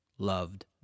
Loved